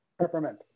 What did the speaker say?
peppermint